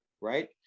right